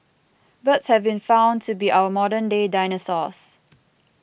birds have been found to be our modern day dinosaurs